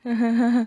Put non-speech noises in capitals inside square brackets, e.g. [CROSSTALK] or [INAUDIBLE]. [LAUGHS]